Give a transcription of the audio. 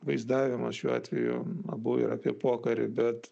vaizdavimas šiuo atveju abu yra apie pokarį bet